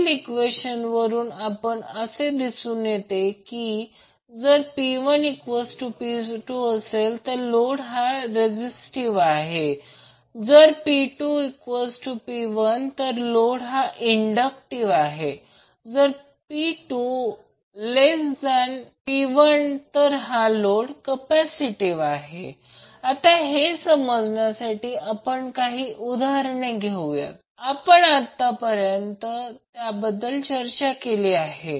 वरील इक्वेशन वरून असे दिसून येते की जर P2P1 तर लोड हा रेझीसटीव्ह जर P2P1 तर लोड हा इंडक्टिव्ह जर P2P1 तर लोड हा कॅपॅसिटीव आता हे समजण्यासाठी काही उदाहरणे घेऊया की आपण आत्तापर्यंत त्याबद्दल चर्चा केली आहे